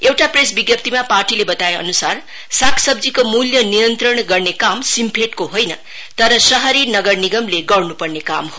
एउटा प्रेस विज्ञप्तिमा पार्टीले बताएअनुसार साग सब्जीको मूल्य नियन्त्रणको काम सिम्फेडको होइन तर शहरी निगमले गर्नुपर्ने काम हो